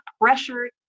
pressure